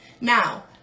Now